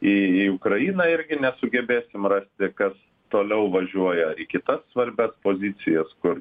į į ukrainą irgi nesugebėsim rasti kas toliau važiuoja į kitas svarbias pozicijas kur